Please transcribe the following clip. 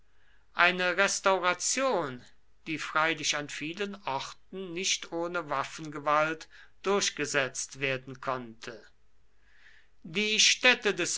eine restauration die freilich an vielen orten nicht ohne waffengewalt durchgesetzt werden konnte die städte des